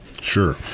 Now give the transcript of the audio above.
Sure